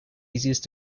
easiest